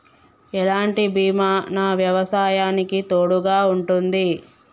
ఎలాంటి బీమా నా వ్యవసాయానికి తోడుగా ఉంటుంది?